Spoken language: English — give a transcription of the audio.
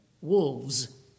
Wolves